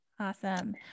Awesome